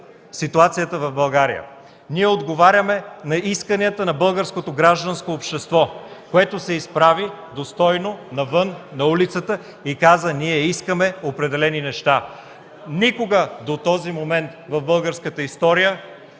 реплики от КБ.) Ние отговаряме на исканията на българското гражданско общество, което се изправи достойно навън, на улицата, и каза: „Ние искаме определени неща!” Никога до този момент в българската история